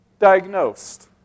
diagnosed